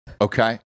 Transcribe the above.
Okay